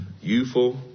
youthful